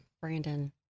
Brandon